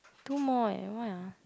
two more eh why ah